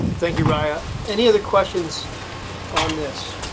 thank you ryan any other questions on this.